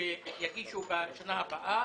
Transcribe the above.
שיגישו בשנה הבאה.